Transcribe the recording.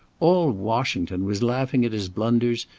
all washington was laughing at his blunders,